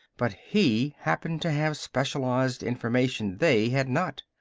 but he happened to have specialized information they had not.